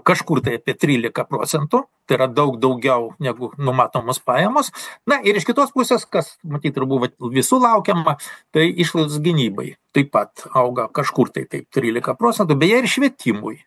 kažkur tai apie trylika procentų tai yra daug daugiau negu numatomos pajamos na ir iš kitos pusės kas matyt ir buvo visų laukiama tai išlaidos gynybai taip pat auga kažkur tai taip trylika procentų beje ir švietimui